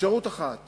אפשרות אחת